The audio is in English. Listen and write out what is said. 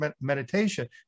meditation